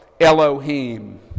Elohim